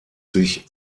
sich